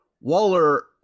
Waller